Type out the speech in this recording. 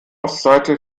ostseite